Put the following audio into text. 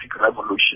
Revolution